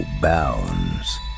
bounds